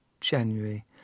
January